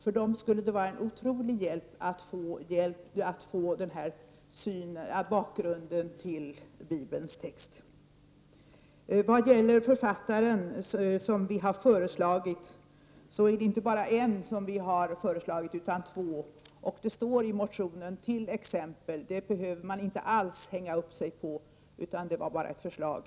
För dem skulle det vara en otrolig hjälp att få den här bakgrunden till bibeltexten. Jan-Erik Wikström tog upp en författare som har föreslagits. Det har dock inte bara föreslagits en författare, utan två. Författarnamnen är med i motio nen som exempel. Man behöver inte alls hänga upp sig på dem, de var bara ett förslag.